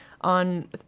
on